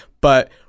but-